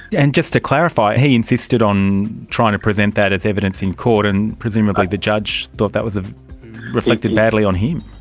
and just to clarify, he insisted on trying to present that as evidence in court, and presumably like the judge thought that ah reflected badly on him.